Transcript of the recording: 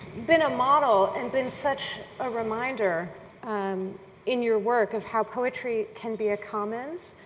been a model, and been such a reminder um in your work of how poetry can be a commons,